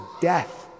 death